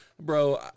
Bro